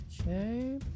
Okay